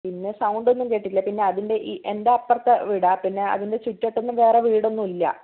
പിന്നെ സൗണ്ട് ഒന്നും കേട്ടില്ല പിന്നെ അതിൻ്റെ ഈ എൻ്റെ അപ്പുറത്തെ വീടാണ് പിന്നെ അതിൻ്റെ ചുറ്റുവട്ടത്തൊന്നും വേറെ വീടൊന്നുമില്ല